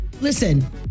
Listen